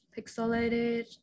pixelated